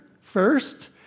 first